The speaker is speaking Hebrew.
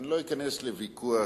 אני לא אכנס לוויכוח,